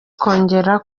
kongera